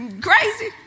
crazy